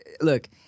Look